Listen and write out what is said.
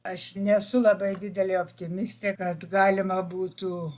aš nesu labai didelė optimistė kad galima būtų